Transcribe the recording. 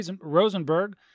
Rosenberg